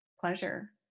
pleasure